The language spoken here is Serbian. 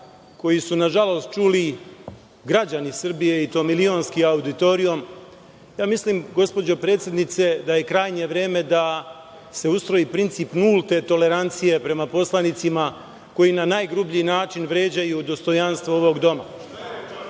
koji su nažalost čuli građani Srbije i to milionski auditorijum, ja mislim, gospođo predsednice, da je krajnje vreme da se ustroji princip nulte tolerancije prema poslanicima koji na najgrublji način vređaju dostojanstvo ovog doma. Evo,